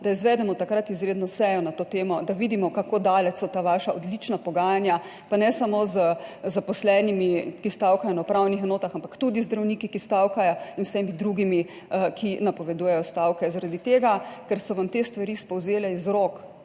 da izvedemo takrat izredno sejo na to temo, da vidimo, kako daleč so ta vaša odlična pogajanja, pa ne samo z zaposlenimi, ki stavkajo na upravnih enotah, ampak tudi zdravniki, ki stavkajo, in z vsemi drugimi, ki napovedujejo stavke, zaradi tega, ker so vam te stvari spolzele iz rok